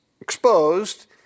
exposed